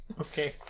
Okay